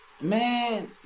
man